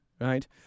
right